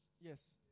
Yes